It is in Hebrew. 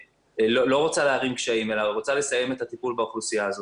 לא רוצה להערים קשיים אלא רוצה לסיים את הטיפול באוכלוסייה הזאת.